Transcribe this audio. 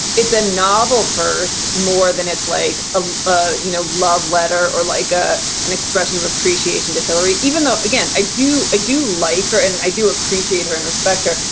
it's a novel first more than it's like a ah you know love letter or like ah an expression of appreciation to hillary, even though, again, i do. i do like her and i do appreciate her and respect her.